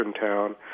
town